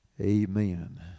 Amen